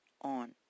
on